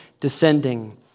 descending